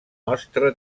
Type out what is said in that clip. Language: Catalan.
nostre